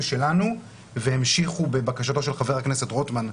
שלנו והמשיכו בבקשתו של חבר הכנסת רוטמן,